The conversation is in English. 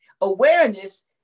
awareness